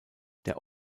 der